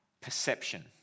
perception